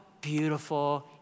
beautiful